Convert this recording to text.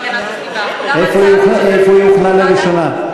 איפה היא הוכנה לראשונה?